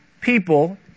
people